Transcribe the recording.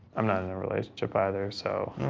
i'm not in a relationship either, so. oh.